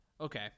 Okay